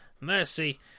Mercy